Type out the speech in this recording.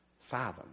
fathom